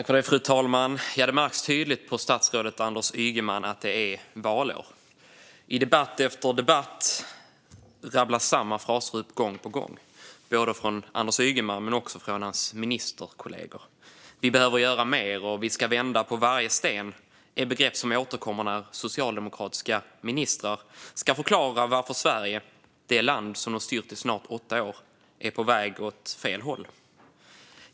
Fru talman! Det märks tydligt på statsrådet Anders Ygeman att det är valår. I debatt efter debatt rabblas samma fraser upp gång på gång. Vi hör dem från Anders Ygeman men också från hans ministerkollegor: Vi behöver göra mer. Vi ska vända på varje sten. Det är begrepp som återkommer när socialdemokratiska ministrar ska förklara varför Sverige, det land som de styrt i snart åtta år, är på väg åt fel håll.